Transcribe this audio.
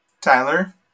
Tyler